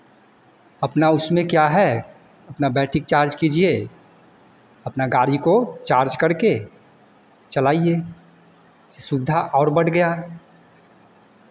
अपना उसमें क्या है अपना बैटरीक चार्ज़ कीजिए अपना गाड़ी को चार्ज़ करके चलाइए सुविधा और बढ़ गया है